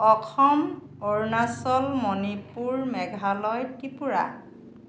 Assam Arunachal Manipur Meghalaya Tripura